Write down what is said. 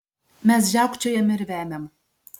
mes žiaukčiojam ir vemiam